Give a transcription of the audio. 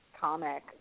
comic